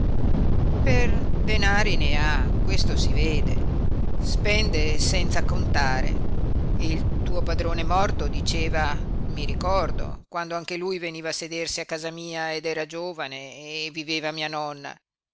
per denari ne ha questo si vede spende senza contare e il tuo padrone morto diceva mi ricordo quando anche lui veniva a sedersi a casa mia ed era giovane e viveva mia nonna